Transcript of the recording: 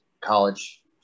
college